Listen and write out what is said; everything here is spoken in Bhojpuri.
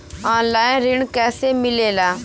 ऑनलाइन ऋण कैसे मिले ला?